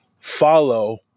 follow